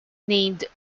named